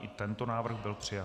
I tento návrh byl přijat.